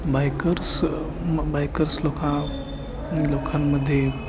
bikers म bikers लोकां लोकांमध्ये